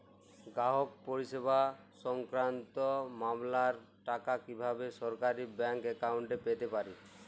গ্রাহক পরিষেবা সংক্রান্ত মামলার টাকা কীভাবে সরাসরি ব্যাংক অ্যাকাউন্টে পেতে পারি?